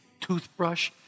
toothbrush